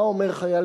מה אומר חייל,